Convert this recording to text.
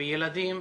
בילדים,